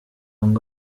ngo